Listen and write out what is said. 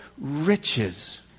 riches